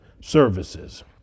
services